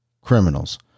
criminals